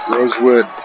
Rosewood